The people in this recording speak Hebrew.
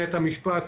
נט המשפט,